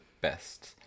best